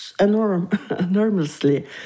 enormously